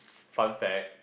fun fact